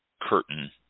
curtain